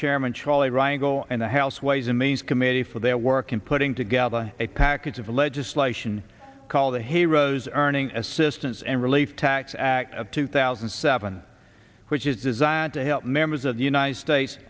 chairman charlie rangle and the house ways and means committee for their work in putting together a package of legislation called the heroes earning assistance and relief tax act of two thousand and seven which is designed to help members of the united states